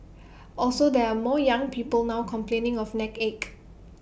also there are more young people now complaining of neck ache